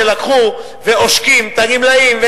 כשלקחו ועושקים את הגמלאים,